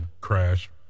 crash